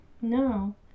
No